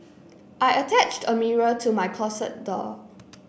I attached a mirror to my closet door